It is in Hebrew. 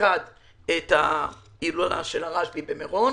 שפקד את ההילולה של הרשב"י במירון.